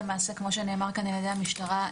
כמו שנאמר על ידי המשטרה,